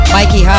Mikey